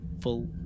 full